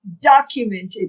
documented